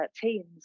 teams